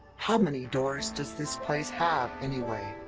how many doors does this place have, anyway?